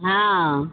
हँ